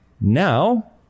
Now